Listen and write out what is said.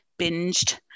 binged